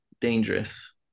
dangerous